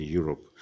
Europe